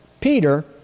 Peter